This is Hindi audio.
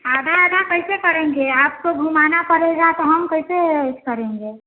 आधा आधा कैसे करेंगे आपको घूमाना पड़ेगा तो हम कैसे करेंगे